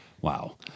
Wow